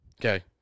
okay